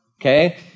Okay